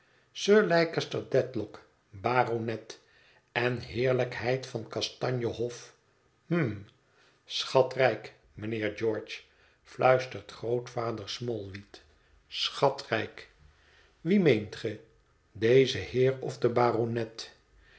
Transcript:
sir leicester dedlock baronet en heerlijkheid van kastanjehof hm schatrijk mijnheer george fluistert grootvader smallweed schatrijk wie meent ge deze heer of de baronet